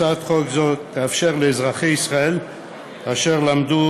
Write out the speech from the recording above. הצעת חוק זו תאפשר לאזרחי ישראל אשר למדו